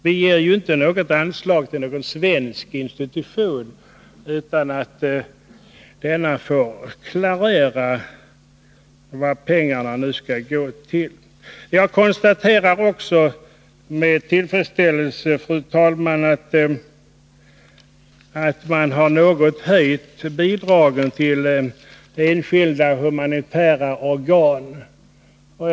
Vi ger ju inte något anslag till någon svensk institution utan att denna får deklarera vad pengarna skall gå till. Jag konstaterar också med tillfredsställelse, fru talman, att avsikten är att något höja bidragen till enskilda humanitära organisationer.